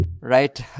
Right